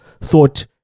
thought